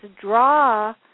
draw